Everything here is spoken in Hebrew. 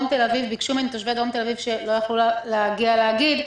ביקשו ממני תושבי דרום תל אביב שלא יכלו להגיע ולהגיב,